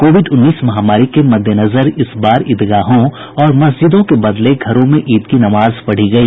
Covid उन्नीस महामारी के मद्देनजर इस बार ईदगाहों और मस्जिदों के बदले घरों में ईद की नमाज पढ़ी गई